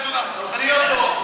תוציא אותו,